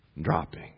dropping